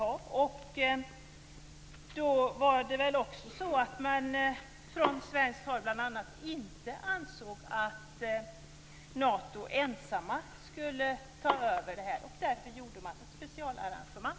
Från bl.a. svenskt håll ansåg man inte att Nato ensamt skulle ta över, och därför gjorde man ett specialarrangemang.